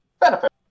benefit